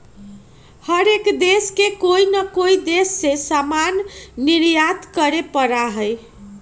हर एक देश के कोई ना कोई देश से सामान निर्यात करे पड़ा हई